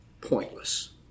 pointless